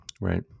right